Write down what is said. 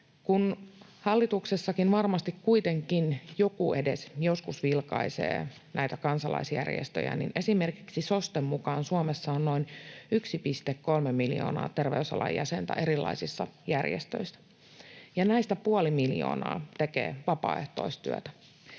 Kun hallituksessakin varmasti kuitenkin joku edes joskus vilkaisee näitä kansalaisjärjestöjä, niin esimerkiksi SOSTEn mukaan Suomessa on noin 1,3 miljoonaa jäsentä erilaisissa terveysalan järjestöissä ja näistä puoli miljoonaa tekee vapaaehtoistyötä.